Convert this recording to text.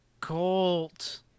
Colt